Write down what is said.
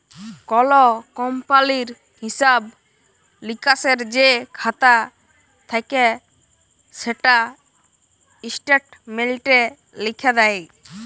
call কমপালির হিঁসাব লিকাসের যে খাতা থ্যাকে সেটা ইস্ট্যাটমেল্টে লিখ্যে দেয়